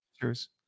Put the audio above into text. Cheers